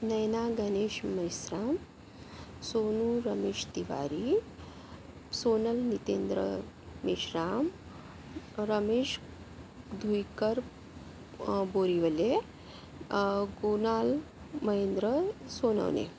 Nayana Ganesh Meshram Sonu Ramesh Tiwari Sonal Nitendra Meshram Ramesh Dwikar Borivale Kunal Mahendra Sonawane